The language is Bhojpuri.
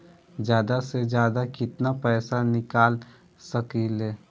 जादा से जादा कितना पैसा निकाल सकईले?